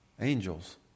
Angels